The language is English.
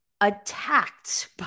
attacked